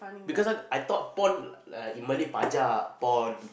because I I thought porn like in Malay porn